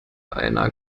einer